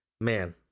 man